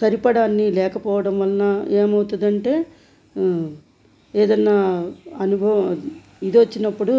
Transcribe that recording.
సరిపడా అన్నీ లేకపోవడం వలన ఏమవుతుందంటే ఏదన్నా అనుభవం ఇది వచ్చినప్పుడు